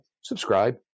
subscribe